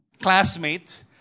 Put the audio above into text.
classmate